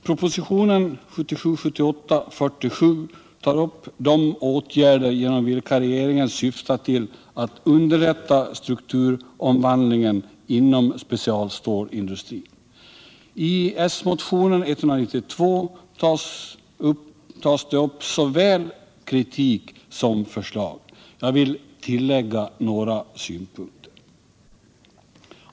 Propositionen 1977/78:47 tar upp de åtgärder genom vilka regeringen syftar till att underlätta strukturomvandlingen inom specialstålindustrin. I s-motionen 192 tas det upp såväl kritik som förslag. Jag vill tillägga ytterligare några synpunkter.